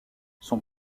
son